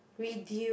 reduce